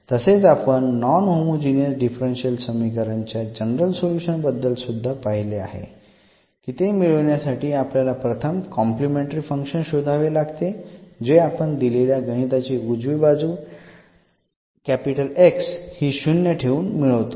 तसेच आपण non homogeneous differential समीकरण च्या जनरल सोल्युशन बद्दल सुध्दा बघितले आहे की ते मिळवण्यासाठी आपल्याला प्रथम कॉम्प्लिमेंटरी फंक्शन्स शोधावे लागते जे आपण दिलेल्या गणिताची उजवी बाजू X ही शून्य ठेऊन मिळवतो